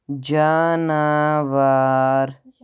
جاناوار